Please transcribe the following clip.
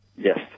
Yes